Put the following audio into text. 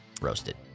roasted